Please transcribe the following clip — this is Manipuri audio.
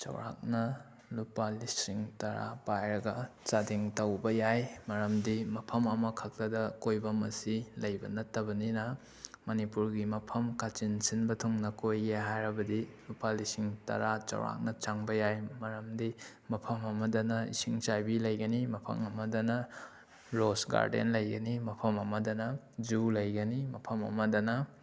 ꯆꯥꯎꯔꯛꯅ ꯂꯨꯄꯥ ꯂꯤꯁꯤꯡ ꯇꯔꯥ ꯄꯥꯏꯔꯒ ꯆꯥꯗꯤꯡ ꯇꯧꯕ ꯌꯥꯏ ꯃꯔꯝꯗꯤ ꯃꯐꯝ ꯑꯃꯈꯛꯇꯗ ꯀꯣꯏꯐꯝ ꯑꯁꯤ ꯂꯩꯕ ꯅꯠꯇꯕꯅꯤꯅ ꯃꯅꯤꯄꯨꯔꯒꯤ ꯃꯐꯝ ꯀꯥꯆꯤꯟ ꯁꯤꯟꯕ ꯊꯨꯡꯅ ꯀꯣꯏꯒꯦ ꯍꯥꯏꯔꯕꯗꯤ ꯂꯨꯄꯥ ꯁꯤꯂꯤꯡ ꯇꯔꯥ ꯆꯥꯎꯔꯥꯛꯅ ꯆꯪꯕ ꯌꯥꯏ ꯃꯔꯝꯗꯤ ꯃꯐꯝ ꯑꯃꯗꯅ ꯏꯁꯤꯡ ꯆꯥꯏꯕꯤ ꯂꯩꯒꯅꯤ ꯃꯐꯝ ꯑꯃꯗꯅ ꯔꯣꯁ ꯒꯥꯔꯗꯦꯟ ꯂꯩꯒꯅꯤ ꯃꯐꯝ ꯑꯃꯗꯅ ꯖꯨ ꯂꯩꯒꯅꯤ ꯃꯐꯝ ꯑꯃꯗꯅ